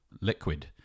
liquid